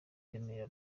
remera